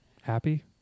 happy